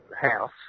house